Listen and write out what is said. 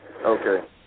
Okay